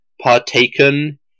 partaken